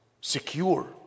secure